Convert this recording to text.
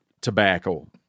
tobacco